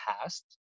past